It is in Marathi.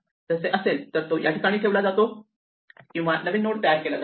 तसे असेल तर तो या ठिकाणी ठेवला जातो किंवा नवीन नोड तयार केला जातो